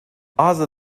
other